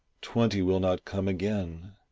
twenty will not come again,